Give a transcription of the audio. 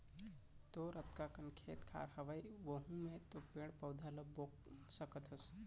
तोर अतका कन खेत खार हवय वहूँ म तो पेड़ पउधा ल बो सकत हस